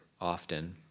often